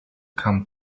come